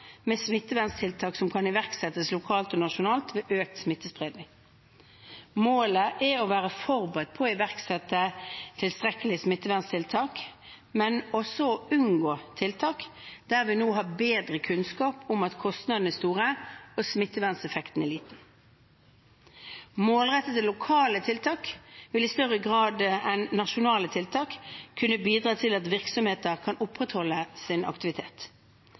med smitteverntiltak som kan iverksettes, lokalt eller nasjonalt, ved økt smittespredning. Målet er å være forberedt på å iverksette tilstrekkelige smitteverntiltak, men også å unngå tiltak der vi nå har bedre kunnskap om at kostnadene er store og smitteverneffekten liten. Målrettede lokale tiltak vil i større grad enn nasjonale tiltak kunne bidra til at virksomheter kan opprettholde sin aktivitet.